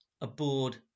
aboard